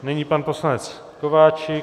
Nyní pan poslanec Kováčik.